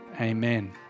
Amen